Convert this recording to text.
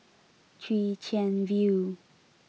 Chwee Chian View